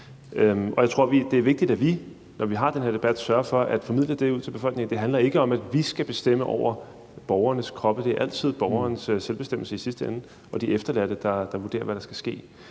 og jeg tror, at det er vigtigt, at vi, når vi har den her debat, sørger for at formidle det ud til befolkningen. Det handler ikke om, at vi skal bestemme over borgernes kroppe. Det er i sidste ende altid borgerens selvbestemmelse og de efterladte, der vurderer, hvad der skal ske.